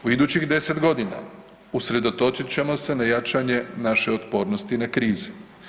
U idućih 10 g. usredotočit ćemo se na jačanje naše otpornosti na krize.